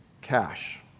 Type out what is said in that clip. cash